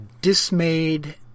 dismayed